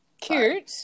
Cute